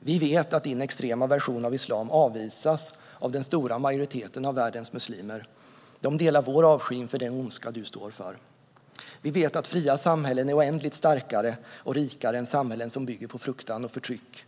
Vi vet att din extrema version av islam avvisas av den stora majoriteten av världens muslimer. De delar vår avsky inför den ondska du står för. Vi vet att fria samhällen är oändligt mycket starkare och rikare än samhällen som bygger på fruktan och förtryck.